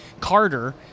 Carter